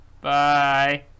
Bye